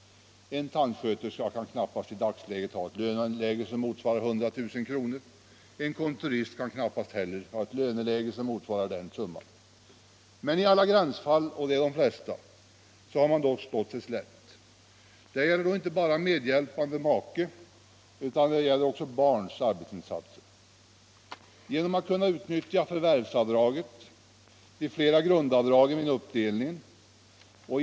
En tandsköterska kan i dagsläget knappast ha en lön som motsvarar 100 000 kr. Inte heller en kontorist kan ha en lön som motsvarar den summan. I alla gränsfall — och de är de flesta — har man emellertid stått sig slätt. Det gäller då inte bara medhjälpande makes utan även barns arbetsinsatser. Företagsskatteberedningen redovisar att skattevinster på 15 000-20 000 kr.